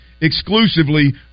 exclusively